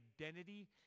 identity